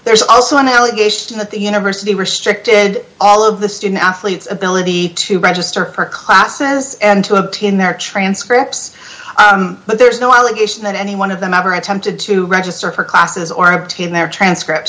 there's also an allegation that the university restricted all of the student athletes ability to register for classes and to obtain their transcripts but there's no allegation that any one of them ever attempted to register for classes or obtain their transcript